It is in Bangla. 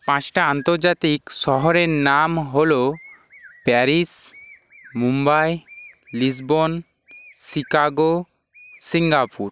পাঁচটা আন্তর্জাতিক শহরের নাম হল Paris Mumbai Lisbon Chicago Singapore